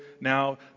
now